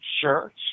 shirts